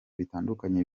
bitandukanye